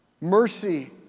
mercy